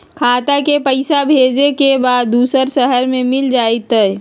खाता के पईसा भेजेए के बा दुसर शहर में मिल जाए त?